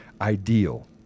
ideal